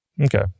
Okay